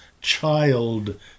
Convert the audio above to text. child